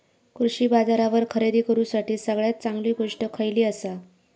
कृषी बाजारावर खरेदी करूसाठी सगळ्यात चांगली गोष्ट खैयली आसा?